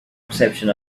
reception